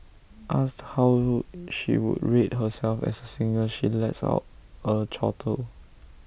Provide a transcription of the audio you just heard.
asked how would she would rate herself as A singer she lets out A chortle